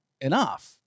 enough